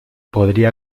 podría